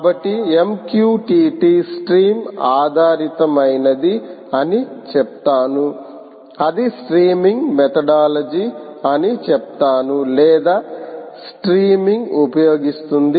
కాబట్టి MQTT stream ఆధారితమైనది అని చెప్తాను అది స్ట్రీమింగ్ మెథడాలజీ అని చెప్తాను లేదా స్ట్రీమింగ్ ఉపయోగిస్తుంది